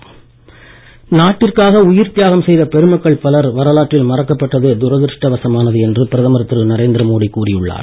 மோடி நாட்டிற்காக உயிர் தியாகம் செய்த பெருமக்கள் பலர் வரலாற்றில் மறக்கப்பட்டது துரதிருஷ்டவசமானது என்று பிரதமர் திரு நரேந்திர மோடி கூறி உள்ளார்